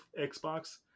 Xbox